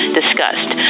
discussed